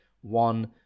one